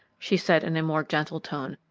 she said in a more gentle tone.